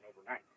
overnight